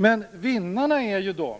Men vinnarna är de